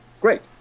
Great